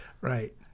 Right